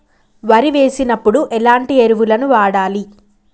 వరి వేసినప్పుడు ఎలాంటి ఎరువులను వాడాలి?